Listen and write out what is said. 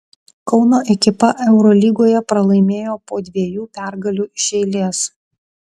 kauno ekipa eurolygoje pralaimėjo po dviejų pergalių iš eilės